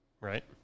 right